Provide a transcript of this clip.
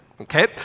okay